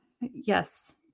yes